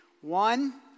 One